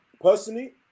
Personally